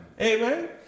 amen